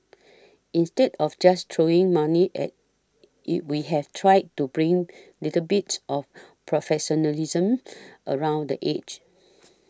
instead of just throwing money at it we have tried to bring little bits of professionalism around the edges